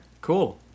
cool